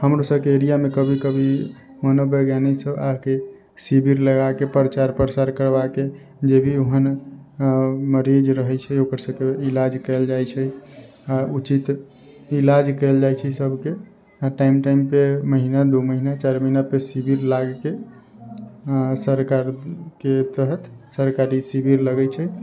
हमरो सबके एरियामे कभी कभी मनोवैज्ञानिक सब आओरके शिविर लगाके प्रचार प्रसार करबा के जे भी ओहेन मरीज रहै छै ओकर सबके इलाज कयल जाइ छै आओर उचित इलाज कयल जाइ छै सबके टाइम टाइमपर महिना दू महिना चार महिनापर शिविर लागके सरकारके तहत सरकारी शिविर लगै छै